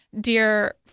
dear